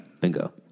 Bingo